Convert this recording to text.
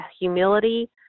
humility